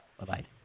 Bye-bye